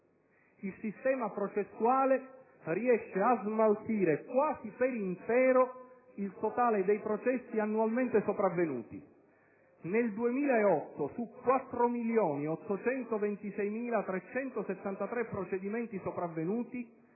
Il sistema processuale riesce a smaltire quasi per intero il totale dei processi annualmente sopravvenuti: nel 2008, su 4.826.373 procedimenti sopravvenuti,